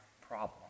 problem